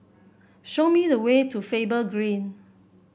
show me the way to Faber Green